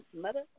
mother